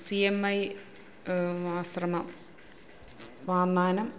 C M I ആശ്രമം വാന്നാനം